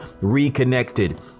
Reconnected